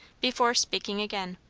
before speaking again.